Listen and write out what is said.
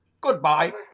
Goodbye